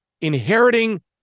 inheriting